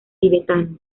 tibetano